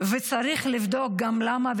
וצריך לבדוק למה,